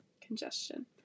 congestion